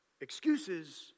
excuses